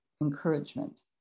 encouragement